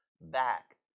back